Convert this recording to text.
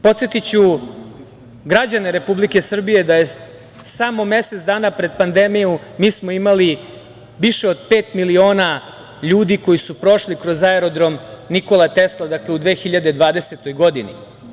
Podsetiću građane Republike Srbije da smo samo mesec dana pred pandemiju imali više od pet miliona ljudi koji su prošli kroz aerodrom „Nikola Tesla“ u 2020. godini.